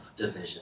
division